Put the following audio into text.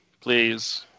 please